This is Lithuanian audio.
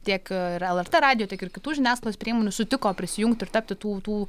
tiek ir lrt radijo tiek ir kitų žiniasklaidos priemonių sutiko prisijungt ir tapti tų tų